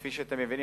כפי שאתם מבינים,